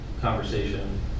conversation